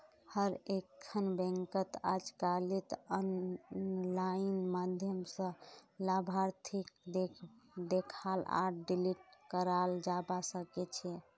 हर एकखन बैंकत अजकालित आनलाइन माध्यम स लाभार्थीक देखाल आर डिलीट कराल जाबा सकेछे